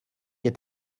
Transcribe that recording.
est